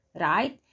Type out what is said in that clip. right